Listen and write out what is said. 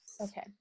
Okay